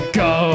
go